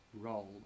role